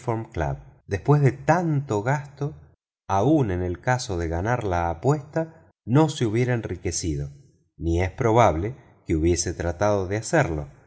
después de tanto gasto aun en el caso de ganar la apuesta no se hubiera enriquecido ni es probable que hubiese tratado de hacerlo